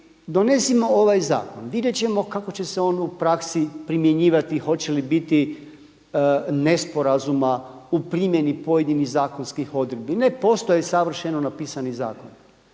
donesimo ovaj zakon, vidjet ćemo kako će se on u praksi primjenjivati, hoće li biti nesporazuma u primjeni pojedinih zakonskih odredbi. Ne postoji savršeno napisani zakon.